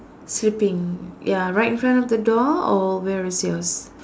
sleeping ya right in front of the door or where is yours